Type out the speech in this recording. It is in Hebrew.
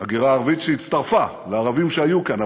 הגירה ערבית שהצטרפה לערבים שהיו כאן,